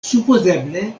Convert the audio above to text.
supozeble